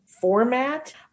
format